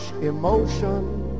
emotion